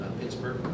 Pittsburgh